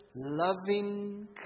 Loving